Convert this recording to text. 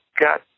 got